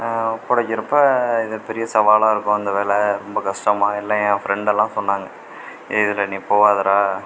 ஒப்படைக்கிறப்போ இது பெரிய சவாலாயிருக்கும் இந்த வேலை ரொம்ப கஷ்டமாக எல்லாம் என் ஃபிரெண்டெல்லாம் சொன்னாங்க இதில் நீ போவாதடா